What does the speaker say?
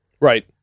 Right